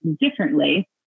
differently